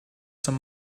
some